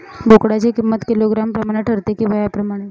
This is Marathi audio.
बोकडाची किंमत किलोग्रॅम प्रमाणे ठरते कि वयाप्रमाणे?